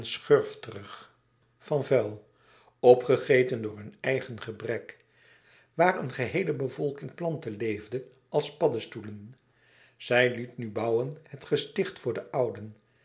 schurftig van vuil opgegeten door hun eigen gebrek waar een geheele bevolking planteleefde als paddestoelen zij liet nu bouwen het gesticht voor de ouden